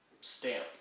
stamp